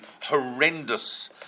horrendous